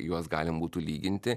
juos galim būtų lyginti